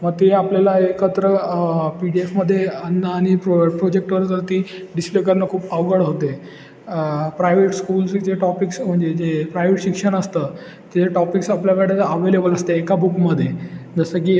मग ते आपल्याला एकत्र पी डी एफमध्ये आणि आणि प्रो प्रोजेक्टवर जर ती डिस्प्ले करणं खूप अवघड होते प्रायवेट स्कूल्सचे टॉपिक्स म्हणजे जे प्रायवेट शिक्षण असतं ते टॉपिक्स आपल्याकडे अव्हेलेबल असते एका बुकमध्ये जसं की